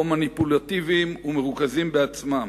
או מניפולטיביים ומרוכזים בעצמם.